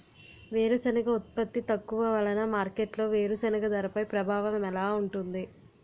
వేరుసెనగ ఉత్పత్తి తక్కువ వలన మార్కెట్లో వేరుసెనగ ధరపై ప్రభావం ఎలా ఉంటుంది?